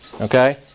Okay